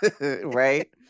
Right